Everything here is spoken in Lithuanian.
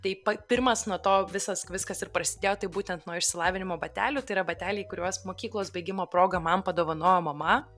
tai p pirmas nuo to visas viskas ir prasidėjo tai būtent nuo išsilavinimo batelių tai yra bateliai kuriuos mokyklos baigimo proga man padovanojo mama